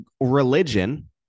religion